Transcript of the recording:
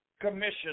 commission